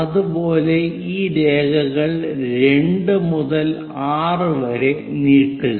അതുപോലെ ഈ രേഖകൾ 2 മുതൽ 6 വരെ നീട്ടുക